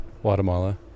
Guatemala